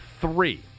three